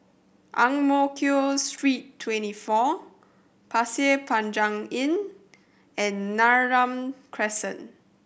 Ang Mo Kio Street Twenty four Pasir Panjang Inn and Neram Crescent